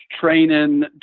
training